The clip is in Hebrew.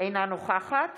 אינה נוכחת